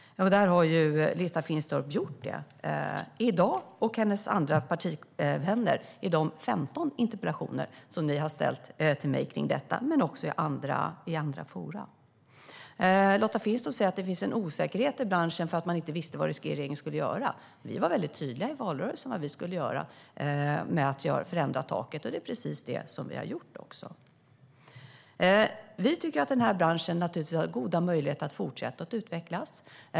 Lotta Finstorp har gjort det i dag, och hennes partivänner har gjort det i de 15 interpellationer de har ställt till mig om detta. De har också gjort det i andra forum. Lotta Finstorp säger att det finns en osäkerhet i branschen för att man inte visste vad regeringen skulle göra. Vi var väldigt tydliga i valrörelsen med vad vi skulle göra, nämligen förändra taket, och det är precis det som vi har gjort. Vi tycker att denna bransch har goda möjligheter att fortsätta att utvecklas.